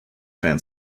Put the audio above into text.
fan